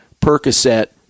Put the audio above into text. Percocet